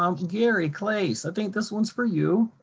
um gary klase, i think this one's for you.